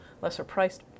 lesser-priced